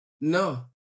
No